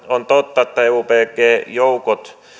on totta että eubg joukot